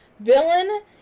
Villain